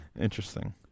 Interesting